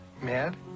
mad